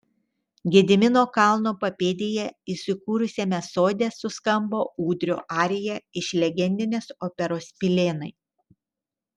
gedimino kalno papėdėje įsikūrusiame sode suskambo ūdrio arija iš legendinės operos pilėnai